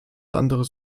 anderes